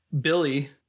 Billy